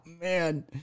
Man